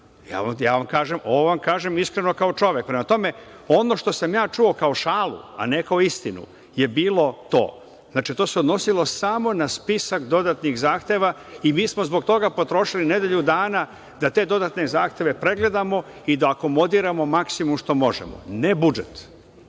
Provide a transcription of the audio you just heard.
Ja vam kažem, ovo vam kažem iskreno, kao čovek. Prema tome, ono što sam ja čuo, kao šalu, a ne kao istinu, je bilo to. Znači, to se odnosilo samo na spisak dodatnih zahteva i mi smo zbog toga potrošili nedelju dana da te dodatne zahteve pregledamo i da akomodiramo maksimum što možemo. Ne budžet,